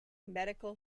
medical